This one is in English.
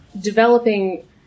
Developing